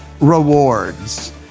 Rewards